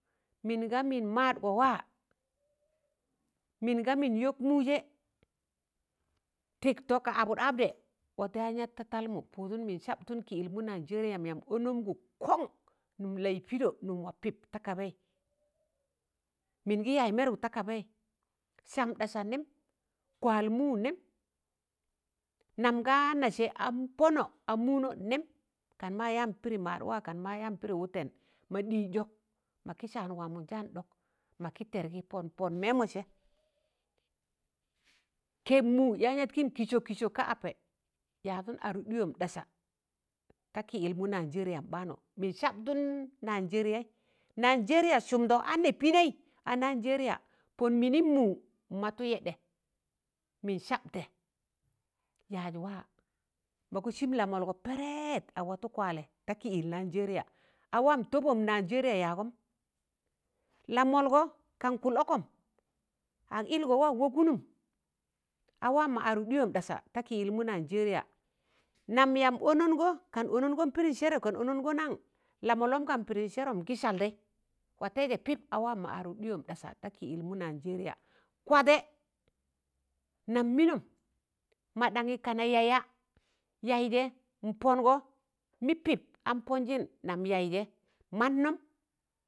Mịnga mịn maadgọ waa, mịm ga mịn yọk mụụjẹ, tịktọ ka abụd- abdẹ, watụ yaan yatta talmụ pụụdụn mịn sabtụn kịyịlmụ Naịjẹrịyam yamb ọnọmgị kọn nụm laịpịdọ nụm wa pịp ta kabaị, mịn gị yaaz mẹrụk ta kabaị sam ɗasa nẹm, kwal mụụ nẹm nam ga nasẹ a an pọnọ, a mụụnọ nẹm ma yaa pịdị maadwa kan ma yaan pịdị wụtẹn, ma ɗ̣ịịs ɗọk makị saan waamụn jaan ɗọk makị tẹdgị. Pọn pọn mẹẹmọ sẹ kẹb mụụ yaan yat kụm kịsọ-kịsọk ka apẹ yaadụn adụg dụyọm ɗasa ta kịyịlmụ Naịjẹrịyam baanụ, mịn sabtụn Naịjẹrịyaị, Naịjẹrịya sụmdọ a nẹ pịnẹị, a Naịgẹrịya pọn mịmịm mụụ m watụ yẹɗẹ, mịn sabtẹ yaaz waa ma kụ sịm Lamdgọ pẹrẹẹt ag watụ kwalẹ, mịn sabtẹ yaaz waa ma kụ sịm Lamọlgọ pẹrẹẹt ag watụ kwaalẹ ta kịyịl Naịjẹrịya a waam tọbọm Naịjẹrịa yaagọm Lamọlgọ kan kụl ọkọm ag ịlgọ waa ag wọkụ nụm. A waam ma adụk ɗịyọm ɗasa ta kịyịlmụ Naịgẹrịa. Nam yamb ọnọngọ ka ọnọngọ pịdịm sẹrọ kan ọnọngọ nan? Lamọllọm gan pịdịn sẹrọm n'gị saldẹị watẹịjẹ pịp a waam mọ adụk ɗịyọm ɗasa ta kịyịlmụ Naịjẹrịya, kwadẹ, nam mịnọm maɗaṇyị kana kaya, yaịjẹ mpọngọ mị pịp an pọnjịn nam yaịje mannọm,